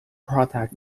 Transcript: product